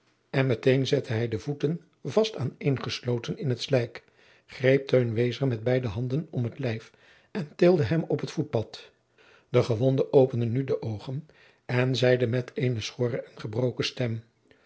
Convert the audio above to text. en meteen zette hij de voeten vast aan een gesloten in het slijk greep teun wezer met beide handen om het lijf en tilde hem op het voetpad de gewondde opende nu de oogen en zeide met eene schorre en gebrokene stem